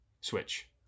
switch